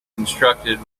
constructed